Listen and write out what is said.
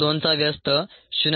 2 चा व्यस्त 0